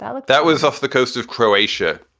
yeah like that was off the coast of croatia.